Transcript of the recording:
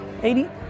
80